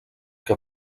que